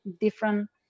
different